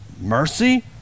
mercy